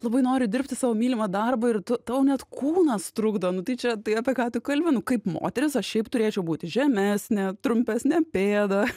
labai nori dirbti savo mylimą darbą ir tu tau net kūnas trukdo nu tai čia tai apie ką tu kalbi nu kaip moteris aš šiaip turėčiau būti žemesnė trumpesne pėda